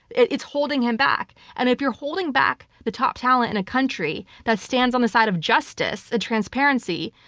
it's holding him back. and if you're holding back the top talent in a country that stands on the side of justice and ah transparency.